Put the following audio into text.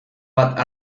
bat